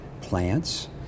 plants